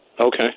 Okay